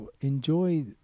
enjoy